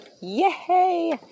yay